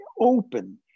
open